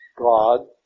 God